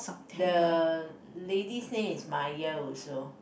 the ladies name is Maya also